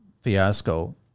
fiasco